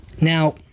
Now